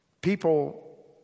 People